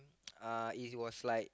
uh it was like